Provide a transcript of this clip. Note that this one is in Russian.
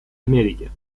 америки